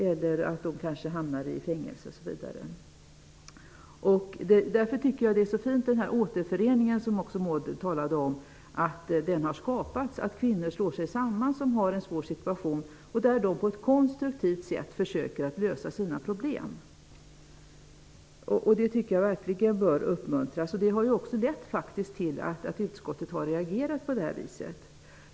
Eller också kanske de hamnar i fängelse, osv. Därför tycker jag att det är så fint att Återföreningen, som också Maud talade om, har skapats, att kvinnor slår sig samman som är i en svår situation och på ett konstruktivt sätt försöker att lösa sina problem. Det tycker jag verkligen bör uppmärksammas, och det har också lett till att utskottet har reagerat.